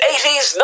80s